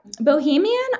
Bohemian